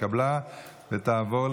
התשפ"ג 2023,